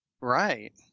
Right